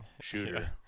shooter